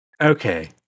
Okay